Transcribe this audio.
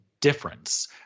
difference